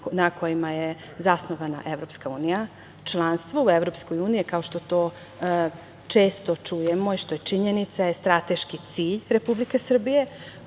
na kojima je zasnovana EU. Članstvo u EU, kao što to često čujemo i što je činjenica, je strateški cilj Republike Srbije,